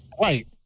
Right